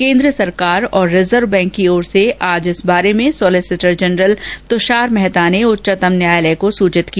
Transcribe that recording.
केन्द्र सरकार और रिज़र्व बैंक की ओर से आज इस बारे में सॉलिसिटर जनरल तृषार मेहता ने उच्चतम न्यायालय को सूचित किया